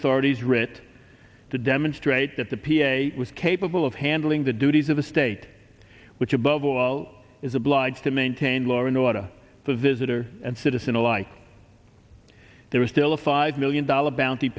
authority's writ to demonstrate that the p a was capable of handling the duties of a state which above all is obliged to maintain law and order the visitor and citizen alike there is still a five million dollars bounty